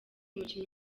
umukinnyi